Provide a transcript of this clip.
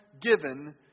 given